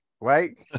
Right